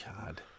God